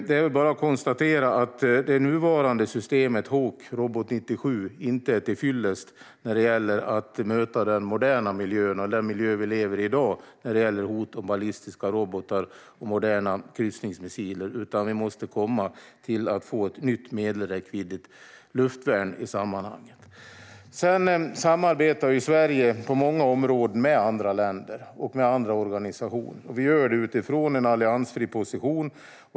Det är bara att konstatera att det nuvarande systemet Hawk Robot 97 inte är tillfyllest när det gäller att möta den moderna miljö vi i dag lever i när det gäller hot om ballistiska robotar och moderna kryssningsmissiler. Vi måste komma till att i sammanhanget få ett nytt medelräckviddigt luftvärn. Sverige samarbetar på många områden med andra länder och andra organisationer. Vi gör det utifrån en alliansfri position.